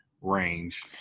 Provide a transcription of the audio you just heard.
range